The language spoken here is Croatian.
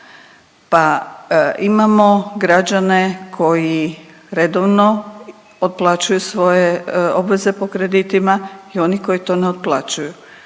pa imamo građane koji redovno otplaćuju svoje obveze po kreditima i oni koji to ne otplaćuju.